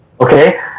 Okay